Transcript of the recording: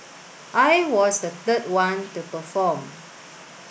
I was the third one to perform